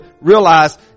realize